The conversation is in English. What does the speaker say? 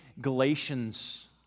Galatians